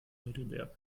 heidelberg